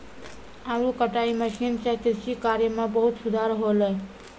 आलू कटाई मसीन सें कृषि कार्य म बहुत सुधार हौले